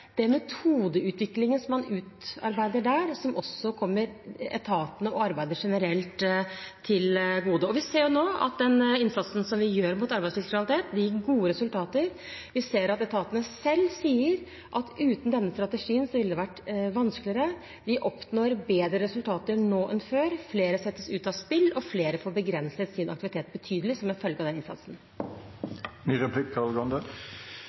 den metodeutviklingen man utarbeider der, som også kommer etatene og arbeidet generelt til gode. Vi ser nå at den innsatsen vi gjør mot arbeidslivskriminalitet, gir gode resultater. Vi ser at etatene selv sier at uten denne strategien ville det vært vanskeligere. Vi oppnår bedre resultater nå enn før. Flere settes ut av spill, og flere får begrenset sin aktivitet betydelig som følge av den innsatsen.